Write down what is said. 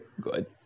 good